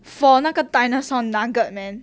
for 那个 dinosaur nugget man